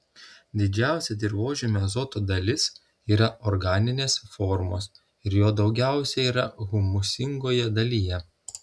didžiausia dirvožemio azoto dalis yra organinės formos ir jo daugiausiai yra humusingoje dalyje